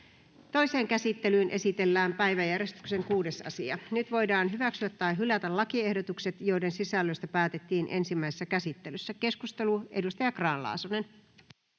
Toiseen käsittelyyn esitellään päiväjärjestyksen 8. asia. Nyt voidaan hyväksyä tai hylätä lakiehdotukset, joiden sisällöstä päätettiin ensimmäisessä käsittelyssä. — Keskustelu, edustaja Myllykoski.